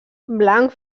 blanc